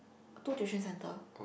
two tuition center